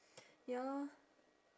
ya lor